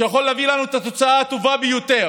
שיכול להביא לנו את התוצאה הטובה ביותר,